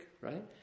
right